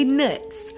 nuts